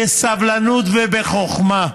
בסבלנות ובחוכמה.